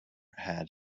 had